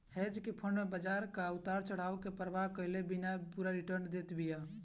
hedge fund में बाजार कअ उतार चढ़ाव के परवाह कईले बिना पूरा रिटर्न देत बिया